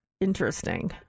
interesting